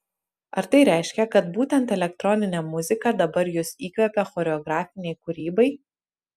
ar tai reiškia kad būtent elektroninė muzika dabar jus įkvepia choreografinei kūrybai